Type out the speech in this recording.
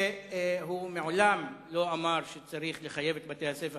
שהוא מעולם לא אמר שצריך לחייב את בתי-הספר